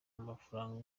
amafaranga